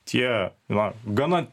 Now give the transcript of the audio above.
tie na gana